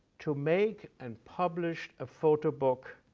to make and publish a photo book,